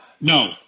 no